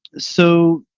so